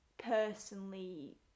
personally